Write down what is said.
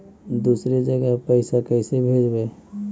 दुसरे जगह पैसा कैसे भेजबै?